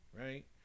right